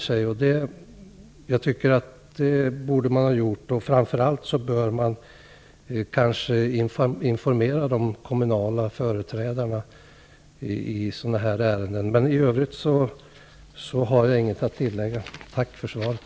Det borde man enligt min mening ha gjort. Framför allt bör man informera de kommunala företrädarna i sådana här ärenden. I övrigt har jag inget att tillägga. Tack för svaret!